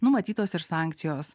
numatytos ir sankcijos